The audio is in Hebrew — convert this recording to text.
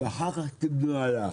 ואחר כך תבנו עלי.